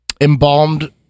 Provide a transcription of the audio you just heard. embalmed